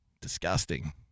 Disgusting